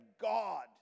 God